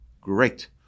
Great